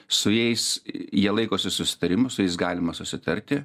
su jais jie laikosi susitarimų su jais galima susitarti